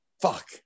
Fuck